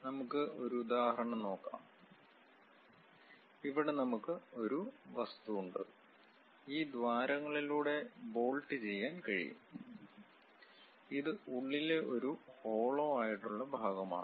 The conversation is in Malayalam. നമുക്ക് ഒരു ഉദാഹരണം നോക്കാം ഇവിടെ നമുക്ക് ഒരു വസ്തു ഉണ്ട് ഈ ദ്വാരങ്ങളിലൂടെ ബോൾട്ട് ചെയ്യാൻ കഴിയും ഇത് ഉള്ളിലെ ഒരു ഹോളോ ആയിട്ടുള്ള ഭാഗമാണ്